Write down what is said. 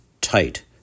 tight